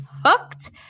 hooked